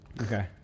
okay